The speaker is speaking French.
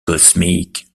cosmique